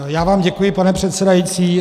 Já vám děkuji, pane předsedající.